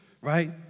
right